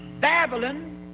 Babylon